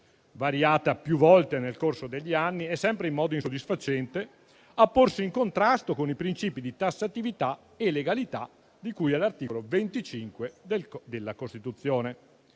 variata più volte nel corso degli anni e sempre in modo insoddisfacente, a porsi in contrasto con i principi di tassatività e legalità di cui all'articolo 25 della Costituzione.